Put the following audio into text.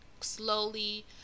slowly